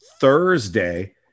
Thursday